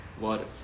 waters